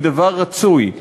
היא דבר רצוי.